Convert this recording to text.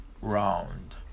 round